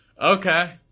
okay